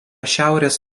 šiaurės